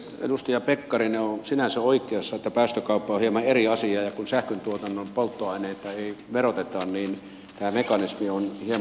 edustaja pekkarinen on sinänsä oikeassa että päästökauppa on hieman eri asia ja kun sähköntuotannon polttoaineita ei veroteta niin tämä mekanismi on hieman toisenlainen